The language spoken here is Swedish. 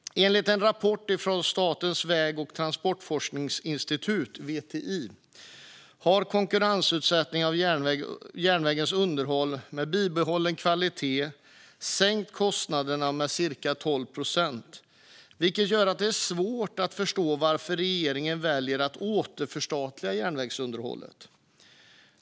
Enligt en rapport från Statens väg och transportforskningsinstitut, VTI, har konkurrensutsättningen av järnvägens underhåll sänkt kostnaderna med cirka 12 procent med bibehållen kvalitet, vilket gör att det är svårt att förstå varför regeringen väljer att återförstatliga järnvägsunderhållet.